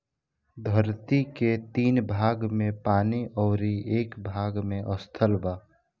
धरती के तीन भाग में पानी अउरी एक भाग में स्थल बा